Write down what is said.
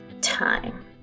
time